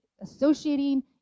associating